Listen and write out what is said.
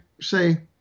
say